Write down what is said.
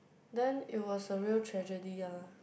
then it was a real tragedy ah